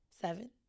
seven